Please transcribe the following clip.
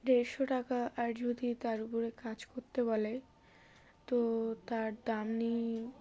দেড়শো টাকা আর যদি তার উপরে কাজ করতে বলে তো তার দাম নিয়ে